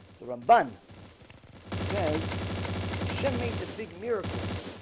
the ram, bun says ah shem made the big miracles